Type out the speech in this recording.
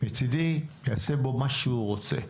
מצידי שיעשה בו מה שהוא רוצה.